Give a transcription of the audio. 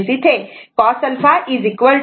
23 असे येईल